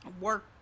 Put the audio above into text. work